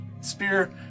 spear